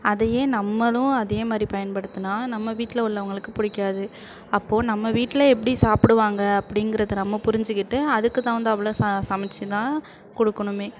அதையே நம்மளும் அதே மாதிரி பயன்படுத்தினா நம்ம வீட்டில் உள்ளவர்களுக்கு பிடிக்காது அப்போது நம்ம வீட்ல எப்டி சாப்புடுவாங்க அப்படிங்கிறத நம்ம புரிஞ்சுக்கிட்டு அதுக்கு தகுந்தாப்பில் ச சமைச்சி தான் கொடுக்கணுமே